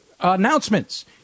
announcements